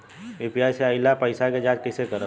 UPI से आइल पईसा के जाँच कइसे करब?